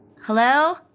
Hello